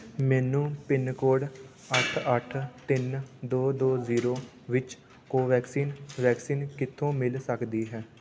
ਮੈਨੂੰ ਪਿੰਨਕੋਡ ਅੱਠ ਅੱਠ ਤਿੰਨ ਦੋ ਦੋ ਜ਼ੀਰੋ ਵਿੱਚ ਕੋਵੈਕਸਿਨ ਵੈਕਸੀਨ ਕਿੱਥੋਂ ਮਿਲ ਸਕਦੀ ਹੈ